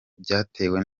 byatewe